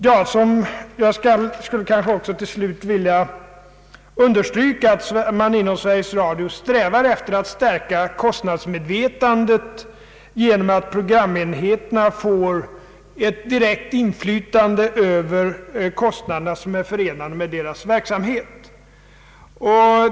Jag skulle också till slut vilja understryka att man inom Sveriges Radio strävar efter att stärka kostnadsmedvetandet genom att programenheterna får ett direkt inflytande över de kostnader som är förenade med deras verksamhet.